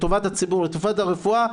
טובת הציבור וטובת הרפואה,